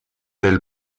del